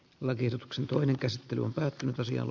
levityksen toinen käsittely on päättynyt asian